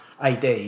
AD